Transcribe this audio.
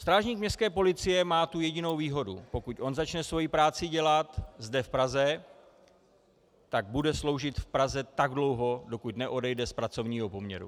Strážník městské policie má tu jedinou výhodu pokud on začne svoji práci dělat zde v Praze, tak bude sloužit v Praze tak dlouho, dokud neodejde z pracovního poměru.